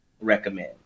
recommend